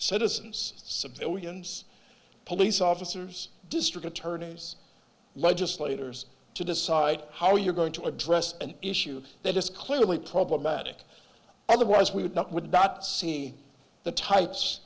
citizens civilians police officers district attorneys legislators to decide how you're going to address an issue that is clearly problematic otherwise we would not with that see the types